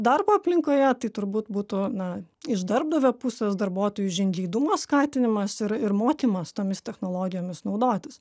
darbo aplinkoje tai turbūt būtų na iš darbdavio pusės darbuotojų žingeidumo skatinimas ir ir mokymas tomis technologijomis naudotis